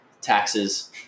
taxes